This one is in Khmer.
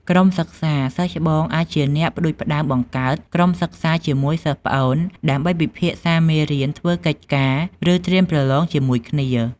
ក្រុមសិក្សា សិស្សច្បងអាចជាអ្នកផ្តួចផ្តើមបង្កើត ក្រុមសិក្សា ជាមួយសិស្សប្អូន ដើម្បីពិភាក្សាមេរៀន ធ្វើកិច្ចការ ឬត្រៀមប្រឡងជាមួយគ្នា។